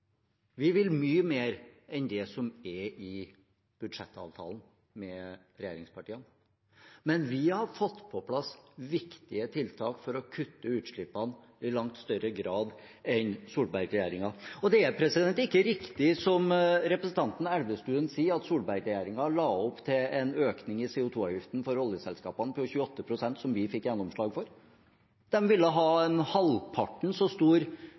enn det som er i budsjettavtalen med regjeringspartiene. Men vi har fått på plass viktige tiltak for å kutte utslippene i langt større grad enn Solberg-regjeringen. Det er ikke riktig, som representanten Elvestuen sier, at Solberg-regjeringen la opp til en økning på 28 pst. i CO 2 -avgiften for oljeselskapene, som vi fikk gjennomslag for. De ville ha halvparten så stor